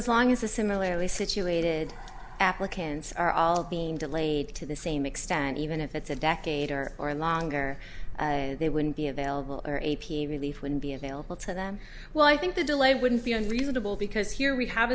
as long as the similarly situated applicants are all being delayed to the same extent even if it's a decade or more longer they wouldn't be available or a p relief wouldn't be available to them well i think the delay wouldn't be unreasonable because here we have